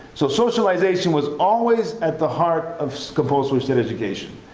so socialization was always at the heart of compulsory state education.